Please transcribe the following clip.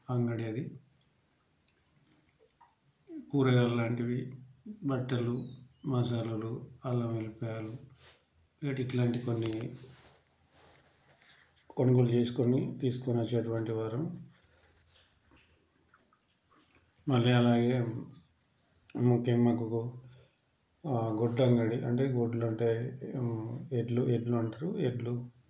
అంగడి అది కూరగాయలు లాంటివి బట్టలు మసాలాలు అల్లం వెల్లిపాయలు ఈడ ఇట్లాంటివన్నీ కొనుగోలు చేసుకుని తీసుకొని వచ్చేటువంటి వారు మళ్ళీ అలాగే ముఖ్యం మాకు గొడ్లు అంగడి అంటే గొడ్లు ఉంటాయి ఎడ్లు ఎడ్లు అంటారు ఎడ్లు